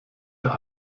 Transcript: der